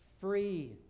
free